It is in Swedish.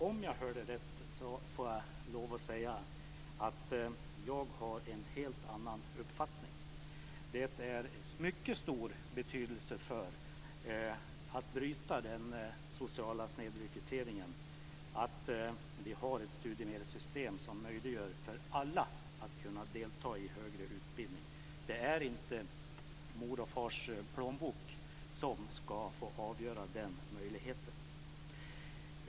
Om jag hörde rätt får jag lov att säga att jag har en helt annan uppfattning. Det är av mycket stor betydelse när det gäller att bryta den sociala snedrekryteringen att vi har ett studiemedelssystem som möjliggör för alla att delta i högre utbildning. Det är inte mors och fars plånbok som ska få avgöra den möjligheten.